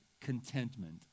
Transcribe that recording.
contentment